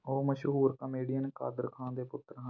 ਉਹ ਮਸ਼ਹੂਰ ਕਾਮੇਡੀਅਨ ਕਾਦਰ ਖਾਨ ਦੇ ਪੁੱਤਰ ਹਨ